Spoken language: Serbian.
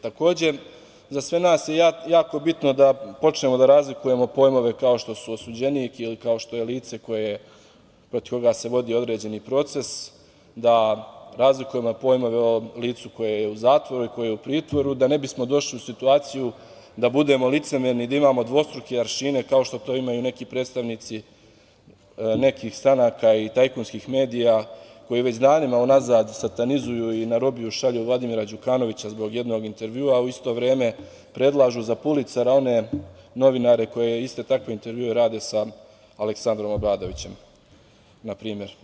Takođe, za sve nas je jako bitno da počnemo da razlikujemo pojmove kao što su osuđenik ili kao što je lice protiv koga se vodi određeni proces, da razlikujemo pojmove o licu koje je u zatvoru i koje je u pritvoru da ne bismo došli u situaciju da budemo licemerni, da imamo dvostruke aršine, kao što to imaju neki predstavnici nekih stranaka i tajkunskih medija, koji već danima unazad satanizuju i na robiju šalju Vladimira Đukanovića zbog jednog intervjua, a u isto vreme predlažu za … novinare koje iste takve intervjue rade sa Aleksandrom Obradovićem, na primer.